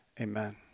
Amen